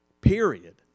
period